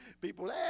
people